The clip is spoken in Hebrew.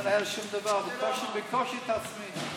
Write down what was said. אני לא מנהל שום דבר, בקושי את עצמי.